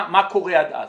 מה קורה עד אז?